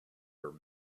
her